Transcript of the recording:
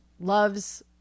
loves